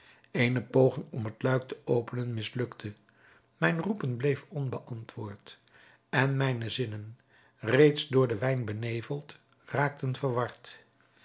eene poging om het luik te openen mislukte mijn roepen bleef onbeantwoord en mijne zinnen reeds door den wijn beneveld raakten verward